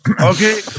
Okay